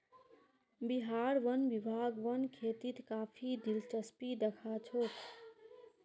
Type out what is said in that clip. बिहार वन विभाग वन खेतीत काफी दिलचस्पी दखा छोक